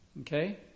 Okay